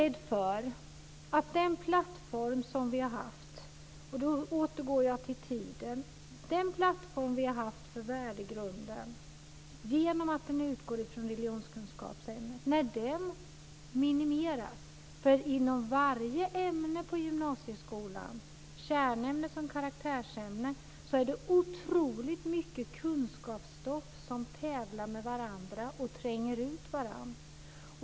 Den plattform som vi har haft för värdegrunden genom att den utgår från religionskunskapsämnet minimeras - och då går jag tillbaka till tiden. Inom varje ämne på gymnasieskolan, kärnämne som karaktärsämne, är det otroligt mycket kunskapsstoff som tävlar med varandra och tränger ut varandra.